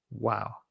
wow